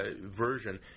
version